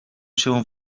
się